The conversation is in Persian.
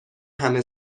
همه